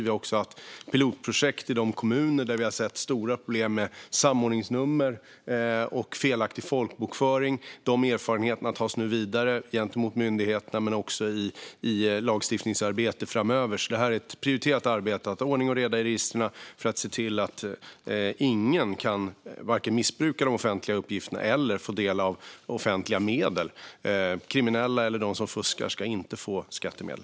Vi har också haft pilotprojekt i de kommuner där vi har sett stora problem med samordningsnummer och felaktig folkbokföring. De erfarenheterna tas nu vidare gentemot myndigheterna men också i lagstiftningsarbetet framöver. Det är ett prioriterat arbete att ha ordning och reda i registren för att se till att ingen kan missbruka de offentliga uppgifterna eller få del av offentliga medel. Kriminella och fuskare ska inte få skattemedel.